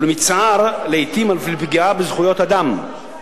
ולמצער לעתים אף לפגיעה בזכויות אדם.